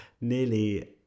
nearly